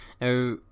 Now